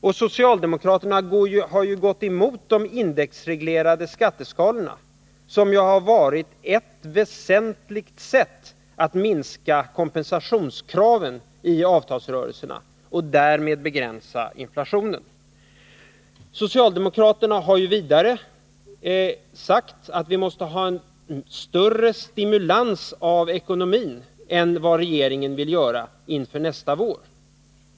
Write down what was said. Och socialdemokraterna har gått emot de indexreglerade skatteskalorna, som ju har varit ett väsentligt instrument att minska kompensationskraven i avtalsrörelserna och därmed begränsa inflationen. Socialdemokraterna har vidare sagt att vi måste ha en större stimulans av ekonomin än vad regeringen vill ha inför nästa år.